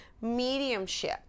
mediumship